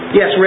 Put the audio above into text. Yes